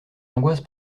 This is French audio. angoisse